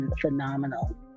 phenomenal